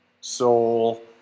soul